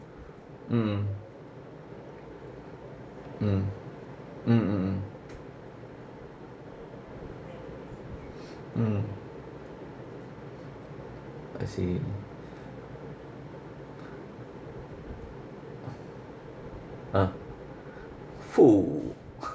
mm mm mm mm mm mm I see ah !fuh!